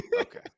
Okay